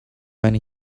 when